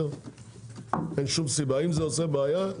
אם זה עושה בעיה,